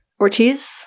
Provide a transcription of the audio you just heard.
Ortiz